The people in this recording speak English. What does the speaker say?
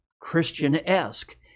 Christian-esque